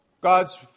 God's